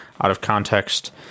out-of-context